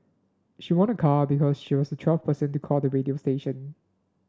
she won a car because she was the twelfth person to call the radio station